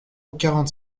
quarante